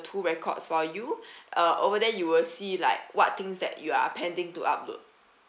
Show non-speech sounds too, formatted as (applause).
two records for you (breath) uh over there you will see like what things that you are pending to upload